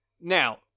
Now